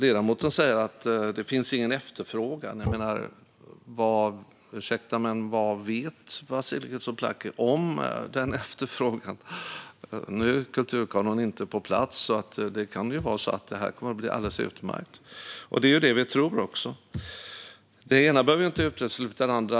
Ledamoten säger att det inte finns någon efterfrågan. Ursäkta, men vad vet Vasiliki Tsouplaki om denna efterfrågan? Nu är kulturkanon inte på plats, och det kan ju vara så att detta blir alldeles utmärkt. Det är också det vi tror. Det ena behöver inte utesluta det andra.